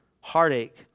heartache